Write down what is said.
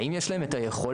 האם יש להם את היכולת?